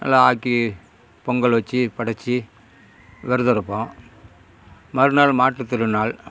நல்லா ஆக்கி பொங்கல் வச்சு படைச்சு விரதம் இருப்போம் மறுநாள் மாட்டு திருநாள்